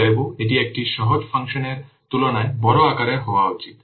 অতএব এটি একটি সহজ ফাংশনের তুলনায় বড় আকারের হওয়া উচিত